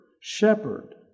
shepherd